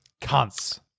Cunts